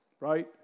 right